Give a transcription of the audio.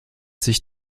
sich